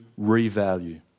revalue